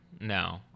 no